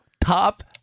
Top